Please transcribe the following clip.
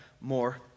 more